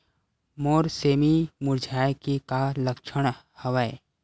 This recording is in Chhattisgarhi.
मोर सेमी मुरझाये के का लक्षण हवय?